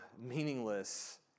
meaningless